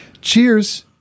Cheers